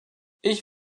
ich